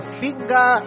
finger